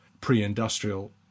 pre-industrial